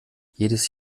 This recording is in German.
jedes